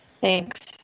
thanks